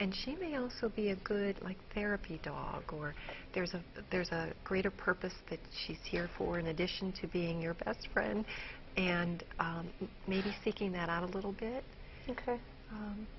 and she may also be a good like therapy dog or there's a there's a greater purpose that she's here for in addition to being your best friend and maybe taking that out a little bit